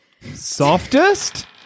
Softest